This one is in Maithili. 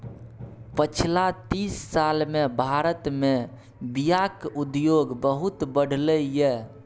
पछिला तीस साल मे भारत मे बीयाक उद्योग बहुत बढ़लै यै